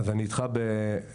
אז אני איתך לא ב-100%,